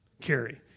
carry